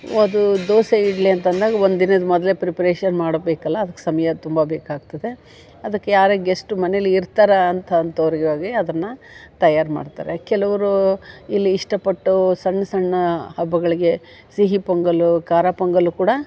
ಅದು ದೋಸೆ ಇಡ್ಲಿ ಅಂತ ಅಂದಾಗ ಒಂದು ದಿನದ ಮೊದ್ಲೇ ಪ್ರಿಪ್ರೇಷನ್ ಮಾಡ್ಬೇಕಲ್ವ ಅದ್ಕೆ ಸಮಯ ತುಂಬ ಬೇಕಾಗ್ತದೆ ಅದಕ್ಕೆ ಯಾರೇ ಗೆಸ್ಟ್ ಮನೆಯಲ್ಲಿ ಇರ್ತಾರೋ ಅಂಥ ಅಂಥೋರಿಗಾಗಿ ಅದನ್ನು ತಯಾರು ಮಾಡ್ತಾರೆ ಕೆಲವ್ರು ಇಲ್ಲಿ ಇಷ್ಟಪಟ್ಟು ಸಣ್ಣ ಸಣ್ಣ ಹಬ್ಬಗಳಿಗೆ ಸಿಹಿ ಪೊಂಗಲು ಖಾರ ಪೊಂಗಲು ಕೂಡ